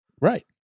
Right